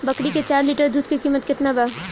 बकरी के चार लीटर दुध के किमत केतना बा?